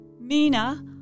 Mina